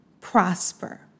prosper